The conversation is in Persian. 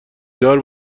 دار